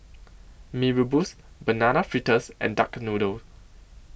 Mee Rebus Banana Fritters and Duck Noodle